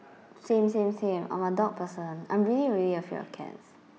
same same same I'm a dog person I'm really really afraid of cats